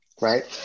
right